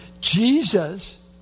Jesus